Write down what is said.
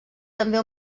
també